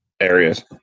areas